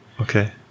okay